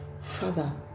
father